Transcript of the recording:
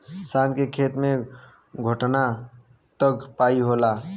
शान के खेत मे घोटना तक पाई होला